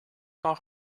kan